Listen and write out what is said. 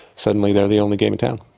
suddenly they're the only game in town.